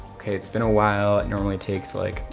okay, it's been a while, it normally takes like,